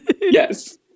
Yes